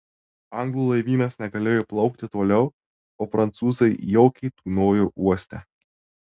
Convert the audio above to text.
anglų laivynas negalėjo plaukti toliau o prancūzai jaukiai tūnojo uoste